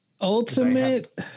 Ultimate